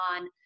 on